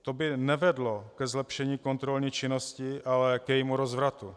To by nevedlo ke zlepšení kontrolní činnosti, ale k jejímu rozvratu.